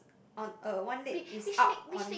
on a one leg is up on